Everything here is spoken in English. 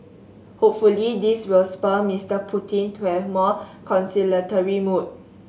hopefully this will spur Mister Putin to have a more conciliatory mood